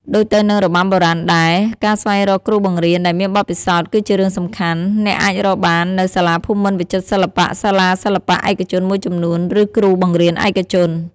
ដូចទៅនឹងរបាំបុរាណដែរ ការស្វែងរកគ្រូបង្រៀនដែលមានបទពិសោធន៍គឺជារឿងសំខាន់ អ្នកអាចរកបាននៅ សាលាភូមិន្ទវិចិត្រសិល្បៈ សាលាសិល្បៈឯកជនមួយចំនួន ឬគ្រូបង្រៀនឯកជន។